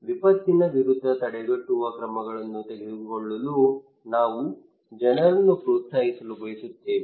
ವಿಪತ್ತಿನ ವಿರುದ್ಧ ತಡೆಗಟ್ಟುವ ಕ್ರಮಗಳನ್ನು ತೆಗೆದುಕೊಳ್ಳಲು ನಾವು ಜನರನ್ನು ಪ್ರೋತ್ಸಾಹಿಸಲು ಬಯಸುತ್ತೇವೆ